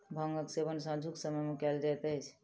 भांगक सेवन सांझुक समय मे कयल जाइत अछि